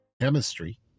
Chemistry